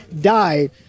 died